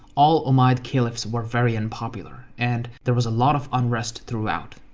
all umayyad caliphs were very unpopular and there was a lot of unrest throughout.